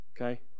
Okay